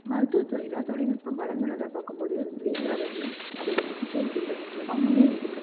மருத்துவத்துறையில் தொழில்நுட்பம் வளந்துள்ளதை பார்க்கும் போது ரேடியாலஜி அதோடய சிகிச்சை முறைகள் முக்கியமாக முன்னேறி இருக்குது